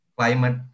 Climate